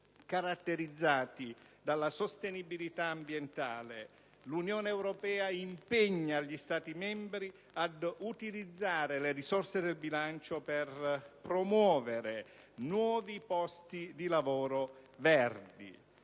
caratterizzati dalla sostenibilità ambientale. L'Unione europea impegna gli Stati membri ad utilizzare le risorse del bilancio per promuovere nuovi posti di lavoro verdi.